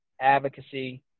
advocacy